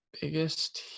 Biggest